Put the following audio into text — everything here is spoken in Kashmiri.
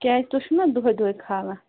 کیٛازِ تُہۍ چھِو نہ دۄہے دۄہے کھالان